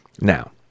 Now